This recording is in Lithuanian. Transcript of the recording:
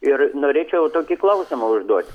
ir norėčiau tokį klausimą užduot